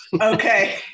Okay